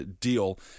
deal